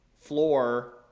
floor